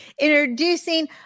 introducing